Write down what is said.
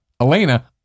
Elena